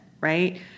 right